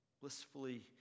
blissfully